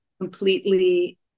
completely